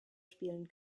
spielen